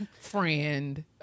friend